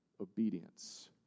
obedience